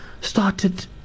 started